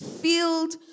filled